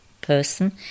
person